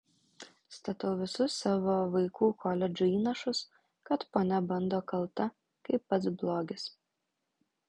statau visus savo vaikų koledžo įnašus kad ponia bando kalta kaip pats blogis